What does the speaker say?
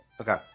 Okay